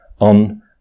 on